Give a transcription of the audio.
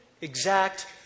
exact